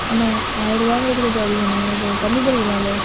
அண்ணா ஆயிரம் ரூபாங்குறது கொஞ்சம் அதிகம் அண்ணா கொஞ்சம் கம்மி பண்ணிக்கலாம்லே